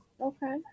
Okay